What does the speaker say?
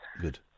Good